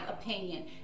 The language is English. opinion